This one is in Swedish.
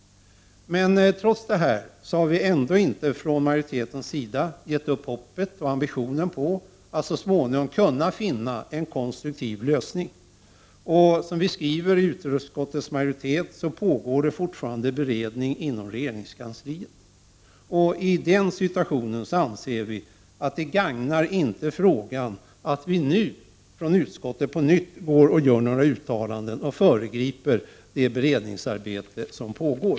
Trots detta har vi ändå inte från majoritetens sida gett upp hoppet och ambitionen om att så småningom kunna finna en konstruktiv lösning. Som vi skriver i betänkandet, pågår det fortfarande en beredning inom regeringskansliet, och i den situationen anser vi att det inte gagnar frågan att utskottet på nytt gör några uttalanden och föregriper detta beredningsarbete.